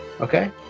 Okay